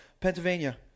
Pennsylvania